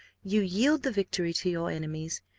you yield the victory to your enemies.